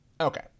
Okay